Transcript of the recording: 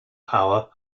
power